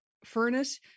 furnace